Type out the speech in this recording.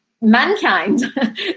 mankind